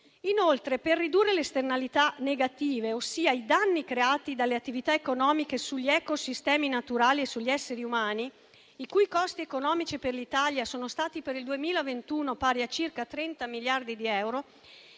Inoltre, per ridurre le esternalità negative, ossia i danni creati dalle attività economiche sugli ecosistemi naturali e sugli esseri umani, i cui costi economici per l'Italia sono stati per il 2021 pari a circa 30 miliardi di euro,